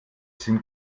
sim